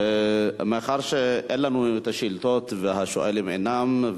מאחר שאין לנו השאילתות והשואלים אינם,